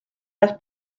las